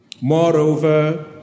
Moreover